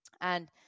And-